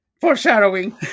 Foreshadowing